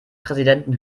präsidenten